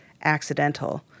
accidental